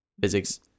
physics